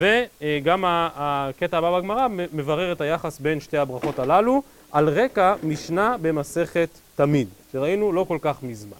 וגם הקטע הבא בגמרא מברר את היחס בין שתי הברכות הללו, על רקע משנה במסכת תמיד, שראינו לא כל כך מזמן.